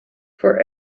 for